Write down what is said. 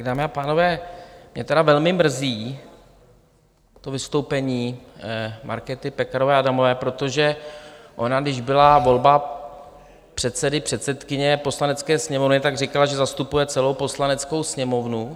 Dámy a pánové, mě tedy velmi mrzí to vystoupení Markéty Pekarové Adamové, protože ona když byla volba předsedy, předsedkyně Poslanecké sněmovny, tak říkala, že zastupuje celou Poslaneckou sněmovnu.